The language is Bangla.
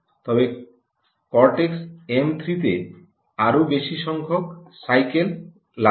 তবে কর্টেক্স এম 3 তে আরও বেশি সংখ্যক সাইকেল লাগে